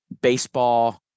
baseball